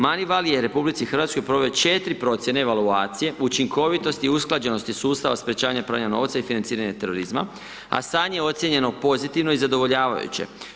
Manival je RH pored 4 procjene evaluacije učinkovitosti i usklađenosti sustava sprječavanja pranja novca i financiranja terorizma, a stanje ocijenjeno pozitivno i zadovoljavajuće.